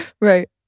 right